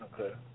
Okay